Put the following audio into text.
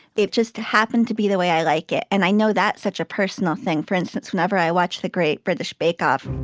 they've just happened to be the way i like it. and i know that such a personal thing. for instance, whenever i watch the great british bake off,